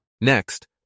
Next